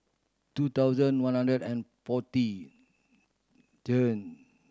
two thousand one hundred and forty ten